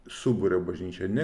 suburia bažnyčią ne